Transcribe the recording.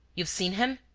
you've seen him?